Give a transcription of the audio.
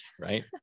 right